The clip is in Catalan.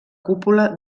cúpula